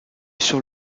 sur